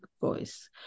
voice